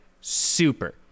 super